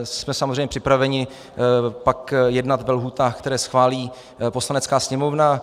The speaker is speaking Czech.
Jsme samozřejmě připraveni pak jednat ve lhůtách, které schválí Poslanecká sněmovna.